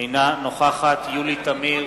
אינה נוכחת יולי תמיר,